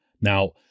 Now